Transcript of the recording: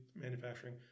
manufacturing